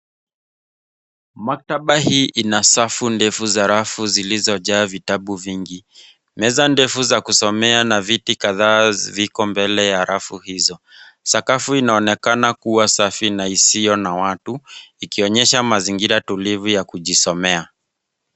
Maktaba hii ina safu ndefu za rafu zilizojaa vitabu vingi. Meza ndefu za kusoema na viti kadhaa viko mbele ya rafu hizo. Sakafu inaonekana kuwa safi na isiyo na watu ikionyesha mazingira tulivu ya kujisomea.